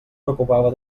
preocupava